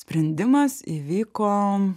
sprendimas įvyko